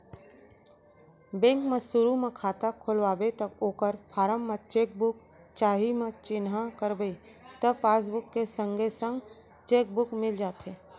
bank म सुरू म खाता खोलवाबे त ओकर फारम म चेक बुक चाही म चिन्हा करबे त पासबुक के संगे संग चेक बुक मिल जाथे